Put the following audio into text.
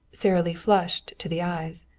sara lee flushed to the eyes.